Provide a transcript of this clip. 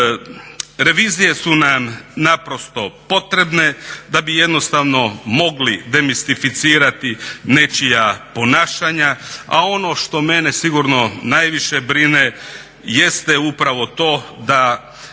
Revizije su nam naprosto potrebne da bi jednostavno mogli demistificirati nečija ponašanja, a ono što mene sigurno najviše brine jeste upravo to da